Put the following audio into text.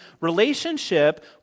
relationship